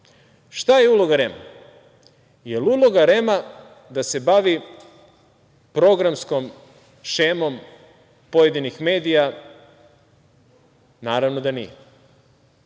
Šta je uloga REM-a? Da li je uloga REM-a da se bavi programskom šemom pojedinih medija? Naravno da nije.